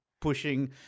pushing